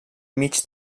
mig